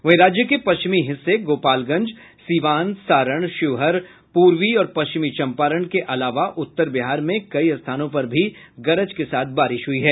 वहीं राज्य के पश्चिमी हिस्से गोपालगंज सीवान सारण शिवहर पूर्वी और पश्चिमी चंपारण के अलावा उत्तर बिहार में कई स्थानों पर भी गरज के साथ बारिश हुई है